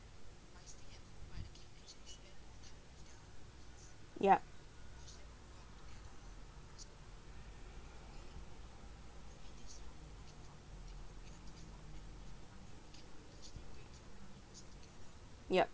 yup yup